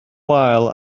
wael